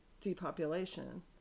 depopulation